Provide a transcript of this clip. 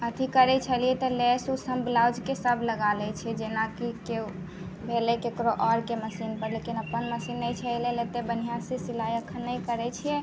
अथि करै छलियै तऽ लैस उस हम ब्लाउजके सभ लगा लै छियै जेना कि केओ भेलै ककरो आओरके मशीन पर लेकिन अपन मशीन नहि छै एहि लेल अत्ते बढ़िऑं से सिलाइ अखन नहि करै छियै